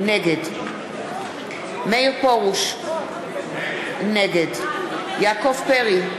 נגד מאיר פרוש, נגד יעקב פרי,